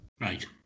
Right